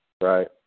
Right